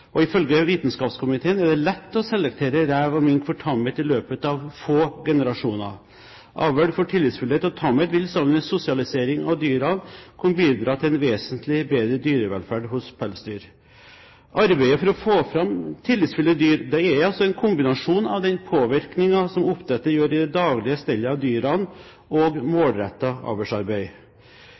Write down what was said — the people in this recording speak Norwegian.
mennesker. Ifølge vitenskapskomiteen er det lett å selektere rev og mink for tamhet i løpet av få generasjoner. Avl for tillitsfullhet og tamhet vil sammen med sosialisering av dyrene kunne bidra til en vesentlig bedre dyrevelferd hos pelsdyr. Arbeidet for å få fram tillitsfulle dyr er altså en kombinasjon av den påvirkningen som oppdrettere gjør i det daglige stellet av dyrene, og